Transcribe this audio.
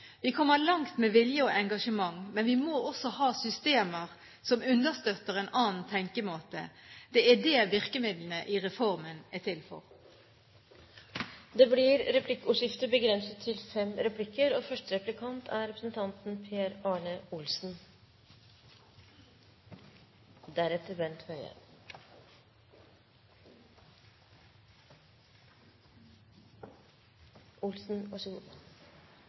Vi kommer langt med vilje og engasjement, men vi må også ha systemer som understøtter en annen tenkemåte. Det er det virkemidlene i reformen er til for. Det blir replikkordskifte. Til